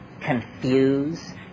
confuse